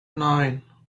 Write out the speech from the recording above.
nine